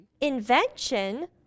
Invention